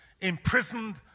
imprisoned